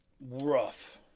Rough